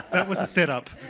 and it was a setup.